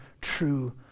true